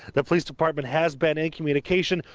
the police department has been in communication.